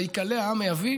"ויכלא העם מהביא".